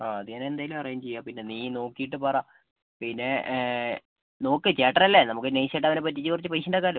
ആ അത് ഞാൻ എന്തെങ്കിലും അറേഞ്ച് ചെയ്യാം പിന്നെ നീ നോക്കിയിട്ട് പറ പിന്നെ നോക്ക് കാറ്റർ അല്ലേ നമുക്ക് നൈസ് ആയിട്ട് അവരെ പറ്റിച്ച് കുറച്ച് പൈസ ഉണ്ടാക്കാമല്ലോ